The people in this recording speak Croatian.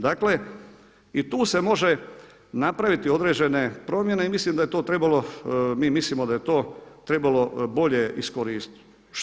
Dakle, i tu se može napraviti određene promjene i mislim da je to trebalo, mi mislimo da je to trebalo bolje iskoristiti.